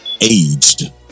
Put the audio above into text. aged